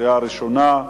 קריאה ראשונה,